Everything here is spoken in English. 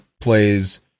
plays